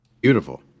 Beautiful